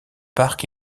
parc